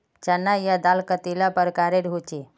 चना या दाल कतेला प्रकारेर होचे?